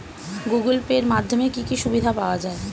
Google Pay এর মাধ্যমে কি কি সুবিধা পাওয়া যায়?